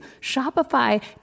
Shopify